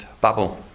bubble